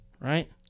right